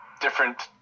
different